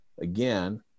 again –